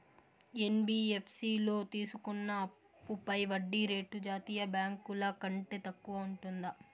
NBFC లో తీసుకున్న అప్పుపై వడ్డీ రేటు జాతీయ బ్యాంకు ల కంటే తక్కువ ఉంటుందా?